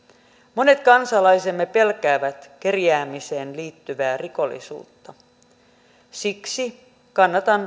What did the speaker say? monet kansalaisemme pelkäävät kerjäämiseen liittyvää rikollisuutta siksi kannatan